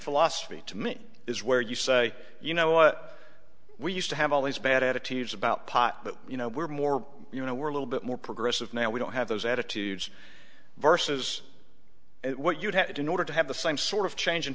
philosophy to me is where you say you know what we used to have all these bad attitudes about pot but you know we're more you know we're a little bit more progressive now we don't have those attitudes versus what you'd had in order to have the same sort of change in